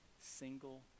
single